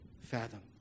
fathom